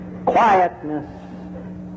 quietness